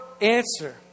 answer